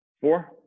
Four